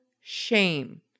shame